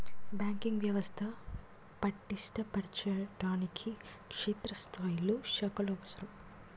banking వ్యవస్థ పటిష్ట పరచడానికి క్షేత్రస్థాయిలో శాఖలు అవసరం